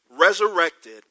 resurrected